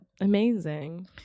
amazing